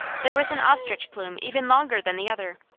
there was an ostrich plume even longer than the other,